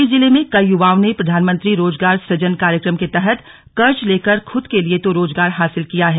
पौड़ी जिले में कई युवाओं ने प्रधानमंत्री रोजगार सुजन कार्यक्रम के तहत कर्ज लेकर खूद के लिए तो रोजगार हासिल किया है